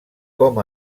com